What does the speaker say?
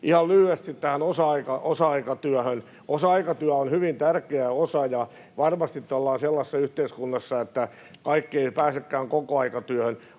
Ihan lyhyesti tähän osa-aikatyöhön: Osa-aikatyö on hyvin tärkeä osa. Varmasti nyt ollaan sellaisessa yhteiskunnassa, että kaikki eivät pääsekään kokoaikatyöhön,